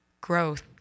growth